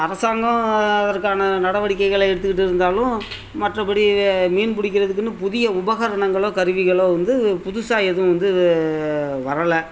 அரசாங்கம் இதுக்கான நடவடிக்கைகளை எடுத்துக்கிட்டு இருந்தாலும் மற்றபடி மீன் பிடிக்கிறதுக்குன்னு புதிய உபகரணங்களோ கருவிகளோ வந்து புதுசாக எதுவும் வந்து வரலை